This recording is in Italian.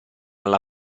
alla